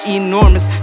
enormous